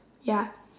ya